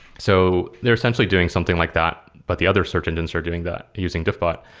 so they're essentially doing something like that, but the other search engines are doing that using diffbot.